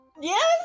Yes